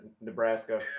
Nebraska